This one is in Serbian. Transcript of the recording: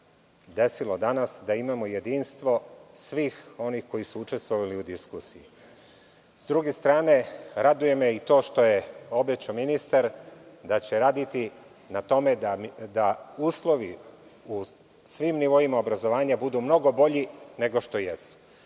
desilo danas da imamo jedinstvo svih onih koji su učestvovali u diskusiji. Sa druge strane, raduje me to što je ministar obećao da će raditi na tome da uslovi na svim nivoima obrazovanja budu mnogo bolji, nego što jesu. Nije